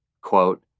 quote